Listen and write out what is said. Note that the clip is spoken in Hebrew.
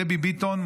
דבי ביטון,